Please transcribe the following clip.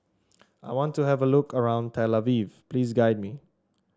I want to have a look around Tel Aviv please guide me